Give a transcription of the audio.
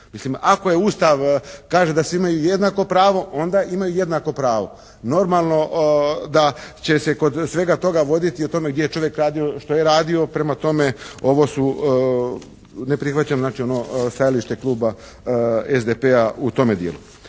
ako je Ustav kaže da svi imaju jednako pravo, onda imaju jednako pravo. Normalno da će se kod svega toga voditi o tome gdje je čovjek radio, što je radio. Prema tome, ovo su ne prihvaćam načelno stajalište kluba SDP-a u tome dijelu.